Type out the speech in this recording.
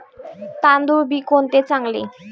तांदूळ बी कोणते चांगले?